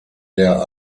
der